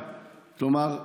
כלומר,